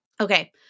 Okay